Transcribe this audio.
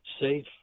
safe